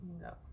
No